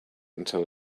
until